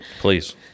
Please